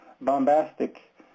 bombastic